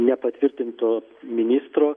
nepatvirtinto ministro